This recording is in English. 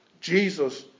Jesus